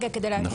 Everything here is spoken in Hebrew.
כן.